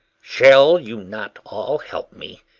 shall you not all help me?